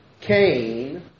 Cain